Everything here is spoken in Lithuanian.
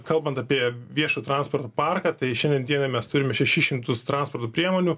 kalbant apie viešo transporto parką tai šiandien dienai mes turim šešis šimtus transporto priemonių